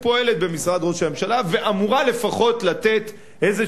שפועלת במשרד ראש הממשלה ואמורה לפחות לתת איזו